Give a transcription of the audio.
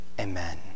Amen